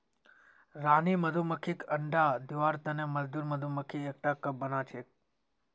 रानी मधुमक्खीक अंडा दिबार तने मजदूर मधुमक्खी एकटा कप बनाछेक